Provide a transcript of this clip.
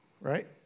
right